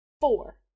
Four